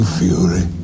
fury